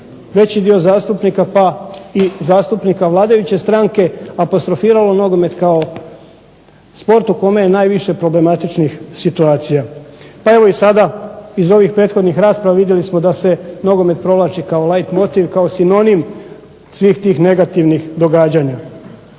veći dio zastupnika pa i zastupnika vladajuće stranke apostrofiralo nogomet kao sport u kome je najviše problematičnih situacija. Pa evo i sada iz ovih prethodnih rasprava vidjeli smo da se nogomet provlači kao light motiv, kao sinonim svih tih negativnih događanja.